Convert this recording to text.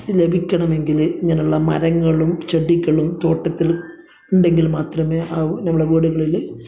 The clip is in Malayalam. ലഭിക്കണമെങ്കിൽ ഇങ്ങനെയുള്ള മരങ്ങളും ചെടികളും തോട്ടത്തില് ഉണ്ടെങ്കില് മാത്രമേ നമ്മുടെ വീടുകളിൽ